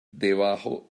debajo